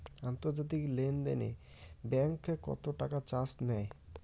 আন্তর্জাতিক লেনদেনে ব্যাংক কত টাকা চার্জ নেয়?